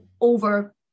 over